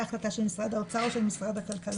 ההחלטה של משרד האוצר או של משרד הכלכלה.